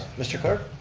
mr. clerk?